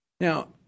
Now